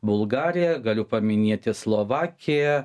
bulgariją galiu paminėti slovakija